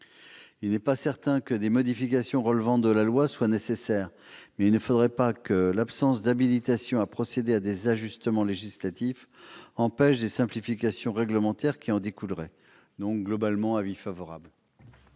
Il n'est pas certain que des modifications relevant de la loi soient nécessaires ; mais il ne faudrait pas que l'absence d'habilitation à procéder à des ajustements législatifs empêche des simplifications réglementaires qui en découleraient. Voilà pourquoi la